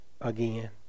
again